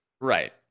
right